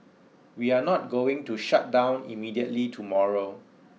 we are not going to shut down immediately tomorrow